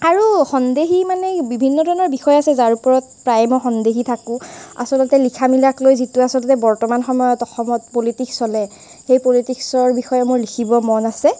আৰু সন্দেহী মানে বিভিন্ন ধৰণৰ বিষয় আছে যাৰ ওপৰত প্ৰায় মই সন্দেহী থাকোঁ আচলতে লিখা মেলাক লৈ যিটো আচলতে বৰ্তমান সময়ত অসমত পলিটিক্স চলে সেই পলিটিক্সৰ বিষয়ে মোৰ লিখিবৰ মন আছে